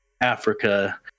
Africa